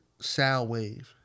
Soundwave